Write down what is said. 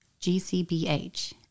GCBH